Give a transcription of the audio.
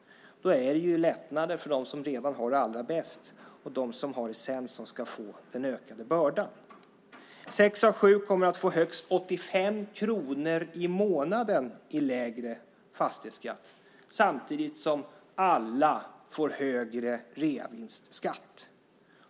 Där är det lättnader för dem som redan har det allra bäst, och det är de som har det sämst som ska få den ökade bördan. Sex av sju kommer att få högst 85 kronor i månaden i lägre fastighetsskatt samtidigt som alla får högre reavinstskatt.